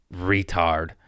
retard